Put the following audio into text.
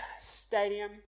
stadium